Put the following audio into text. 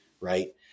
Right